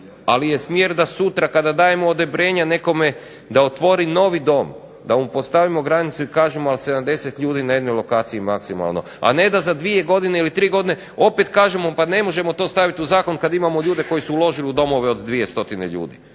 Ali je smjer da sutra kada dajemo odobrenje nekome da otvori novi dom, da mu postavimo granicu i kažemo ali 70 ljudi na jednoj lokaciji maksimalno. A ne da za 2 godine ili 3 godine opet kažemo pa ne možemo to staviti u zakon kad imamo ljude koji su uložili u domove od 200 ljudi.